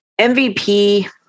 MVP